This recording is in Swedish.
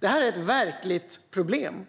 Det är ett verkligt problem.